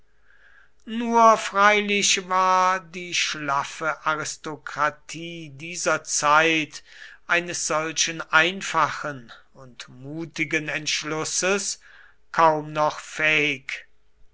nur freilich war die schlaffe aristokratie dieser zeit eines solchen einfachen und mutigen entschlusses kaum noch